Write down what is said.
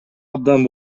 абдан